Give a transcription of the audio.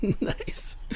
Nice